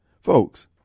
Folks